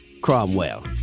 Cromwell